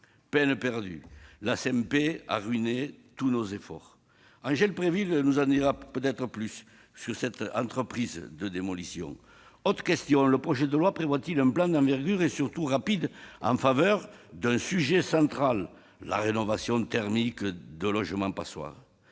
Peine perdue ! La CMP a ruiné tous nos efforts. Angèle Préville nous en dira peut-être plus sur cette entreprise de démolition. Autre question : le projet de loi prévoit-il un plan d'envergure, et surtout rapide, en faveur du sujet central qu'est la rénovation thermique des logements passoires ?